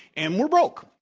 and we're broke.